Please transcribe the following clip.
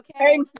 Okay